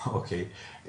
אוקיי.